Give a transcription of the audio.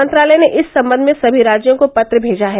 मंत्रालय ने इस संबंध में समी राज्यों को पत्र भेजा है